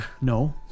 No